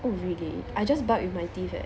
oh really I just bite with my teeth eh